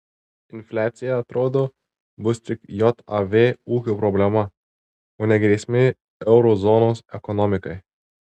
infliacija atrodo bus tik jav ūkio problema o ne grėsmė euro zonos ekonomikai